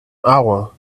hour